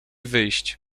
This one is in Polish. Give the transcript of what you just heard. wyjść